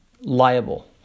liable